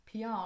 PR